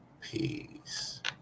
Peace